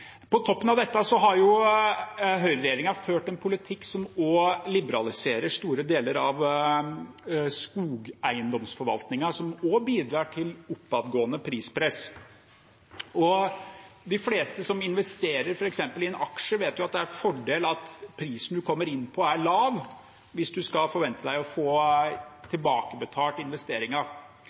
På toppen av dette har Høyre-regjeringen ført en politikk som liberaliserer store deler av skogeiendomsforvaltningen, som også bidrar til oppadgående prispress. De fleste som investerer, f.eks. i en aksje, vet jo at det er en fordel at prisen en kommer inn på, er lav hvis en skal forvente å få tilbakebetalt